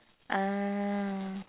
ah